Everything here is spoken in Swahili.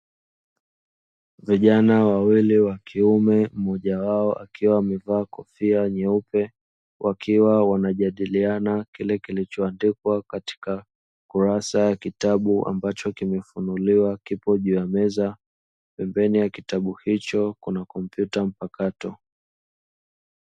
Vijana wawili wa kiume mmoja wao akiwa amevaa kofia nyeupe, wakiwa wanajadiliana kile kilichoandikwa katika kurasa ya kitabu ambacho kimefunuliwa kipo juu ya meza, pembeni ya kitabu hicho kuna kompyuta mpakato.